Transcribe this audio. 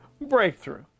breakthrough